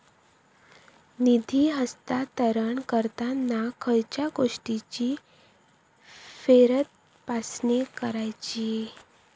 निधी हस्तांतरण करताना खयच्या गोष्टींची फेरतपासणी करायची?